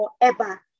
forever